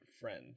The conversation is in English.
friend